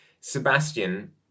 Sebastian